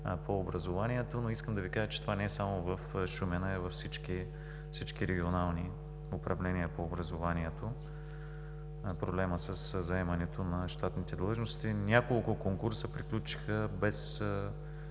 на образованието. Но искам да Ви кажа, че това не е само в Шумен, а и във всички Регионални управления на образованието. Проблемът със заемането на щатните длъжности. Няколко конкурса приключиха без